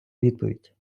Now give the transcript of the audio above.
відповідь